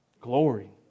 glory